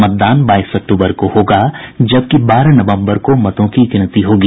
मतदान बाईस अक्टूबर को होगा जबकि बारह नवम्बर को मतगणना होगी